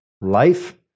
life